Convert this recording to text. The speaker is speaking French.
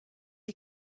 est